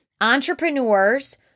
entrepreneurs